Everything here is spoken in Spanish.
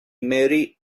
mary